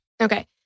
Okay